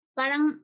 parang